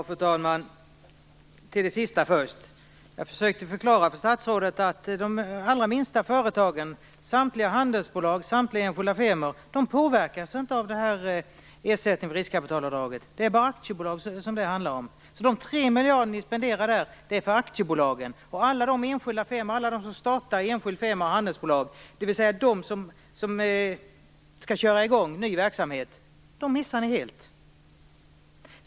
Fru talman! Till det sista först. Jag försökte förklara för statsrådet att de allra minsta företagen, samtliga handelsbolag och enskilda firmor inte påverkas av ersättningen för riskkapitalavdraget. Det är bara aktiebolag som det handlar om. De 3 miljarder som ni spenderar där går till aktiebolagen, och alla dem som startar enskild firma och handelsbolag, dvs. de som skall köra i gång ny verksamhet, missar ni helt.